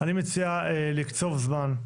אני מציע לקצוב זמן.